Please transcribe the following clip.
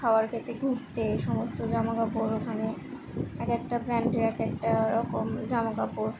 খাওয়ার খেতে ঘুরতে এই সমস্ত জামাকাপড় ওখানে একেকটা ব্রান্ডের একেকটা রকম জামাকাপড়